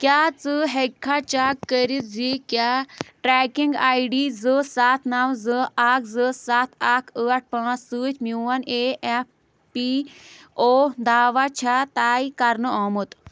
کیٛاہ ژٕ ہٮ۪ککھا چَک کٔرِتھ زِ کیٛاہ ٹرٛٮ۪کِنٛگ آی ڈی زٕ سَتھ نَو زٕ اَکھ زٕ سَتھ اَکھ ٲٹھ پانٛژھ سۭتۍ میون اے اٮ۪ف پی او داوا چھےٚ طَے کَرنہٕ آمُت